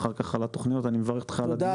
לכן אני קוראת לך,